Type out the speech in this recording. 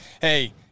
hey